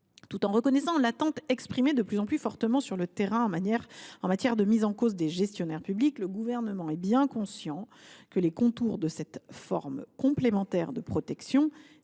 Tout en reconnaissant l’attente exprimée de plus en plus fortement sur le terrain face aux mises en cause des gestionnaires publics, le Gouvernement est bien conscient que les contours de cette forme complémentaire de protection requièrent